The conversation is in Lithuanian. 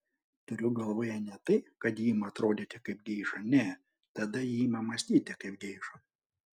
turiu galvoje ne tai kad ji ima atrodyti kaip geiša ne tada ji ima mąstyti kaip geiša